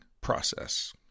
process